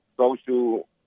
social